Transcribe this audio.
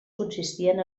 consistien